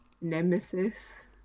nemesis